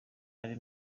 ari